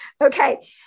Okay